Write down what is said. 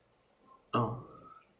oh